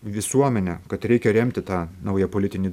visuomenę kad reikia remti tą naują politinį